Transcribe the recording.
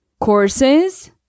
courses